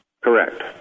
Correct